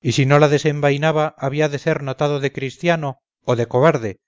y si no la desembainaba había de ser notado de christiano o de cobarde